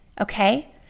Okay